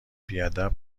بیادب